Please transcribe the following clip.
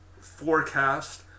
forecast